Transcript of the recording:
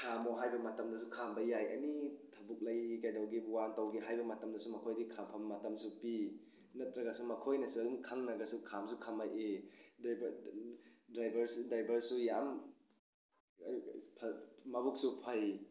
ꯈꯥꯝꯃꯨ ꯍꯥꯏꯕ ꯃꯇꯝꯗꯁꯨ ꯈꯥꯝꯕ ꯌꯥꯏ ꯑꯦꯅꯤ ꯊꯕꯛ ꯂꯩ ꯀꯩꯗꯧꯒꯦꯕꯨ ꯋꯥꯟ ꯇꯧꯒꯦ ꯍꯥꯏꯕ ꯃꯇꯝꯗꯁꯨ ꯃꯈꯣꯏꯗꯤ ꯈꯥꯝꯐꯝ ꯃꯇꯝꯁꯨ ꯄꯤ ꯅꯠꯇ꯭ꯔꯒꯁꯨ ꯃꯈꯣꯏꯅꯁꯨ ꯑꯗꯨꯝ ꯈꯪꯅꯒꯁꯨ ꯈꯥꯝꯁꯨ ꯈꯥꯝꯂꯛꯏ ꯗ꯭ꯔꯥꯏꯕꯔꯁꯨ ꯌꯥꯝ ꯃꯕꯨꯛꯁꯨ ꯐꯩ